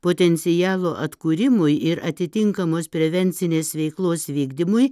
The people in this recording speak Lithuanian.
potencialo atkūrimui ir atitinkamos prevencinės veiklos vykdymui